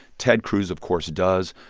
ted cruz, of course, does.